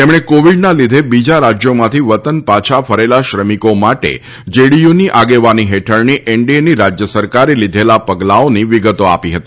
તેમણે કોવીડના લીધે બીજા રાજ્યોમાંથી વતન પાછા ફરેલા શ્રમિકો માટે જેડીયુની આગેવાની હેઠળની એનડીએની રાજ્ય સરકારે લીધેલાં પગલાઓની વિગતો આપી હતી